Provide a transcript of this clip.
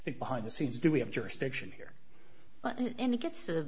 it behind the scenes do we have jurisdiction here and it gets to